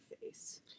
face